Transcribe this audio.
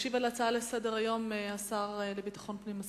ישיב על ההצעה לסדר-היום השר לביטחון פנים,